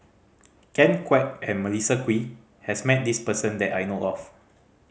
Ken Kwek and Melissa Kwee has met this person that I know of